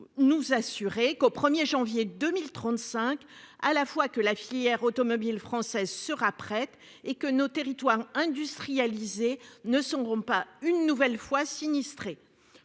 nous assurer qu'au 1er janvier 2035, à la fois que la filière automobile française sera prête et que nos territoires industrialisés ne seront pas une nouvelle fois sinistrée.